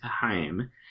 time